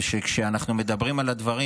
וכשאנחנו מדברים על הדברים,